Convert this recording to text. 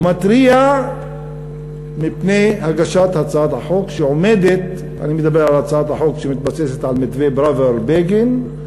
הוא מתריע מפני הגשת הצעת החוק שמתבססת על מתווה פראוור-בגין,